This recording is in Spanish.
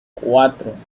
cuatro